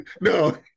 No